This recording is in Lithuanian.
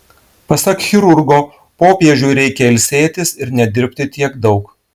pasak chirurgo popiežiui reikia ilsėtis ir nedirbti tiek daug